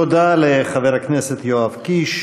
תודה לחבר הכנסת יואב קיש.